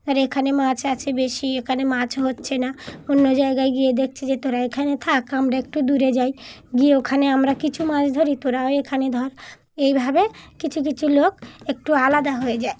আর এখানে মাছ আছে বেশি এখানে মাছ হচ্ছে না অন্য জায়গায় গিয়ে দেখছে যে তোরা এখানে থাক আমরা একটু দূরে যাই গিয়ে ওখানে আমরা কিছু মাছ ধরি তোরাও এখানে ধর এইভাবে কিছু কিছু লোক একটু আলাদা হয়ে যায়